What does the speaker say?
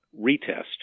retest